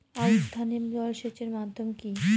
আউশ ধান এ জলসেচের মাধ্যম কি?